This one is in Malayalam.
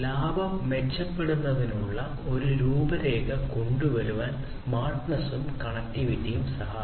ലാഭം മെച്ചപ്പെടുത്തുന്നതിനുള്ള ഒരു രൂപരേഖ കൊണ്ടുവരാൻ സ്മാർട്ട്നെസും കണക്റ്റിവിറ്റിയും സഹായിക്കും